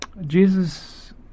Jesus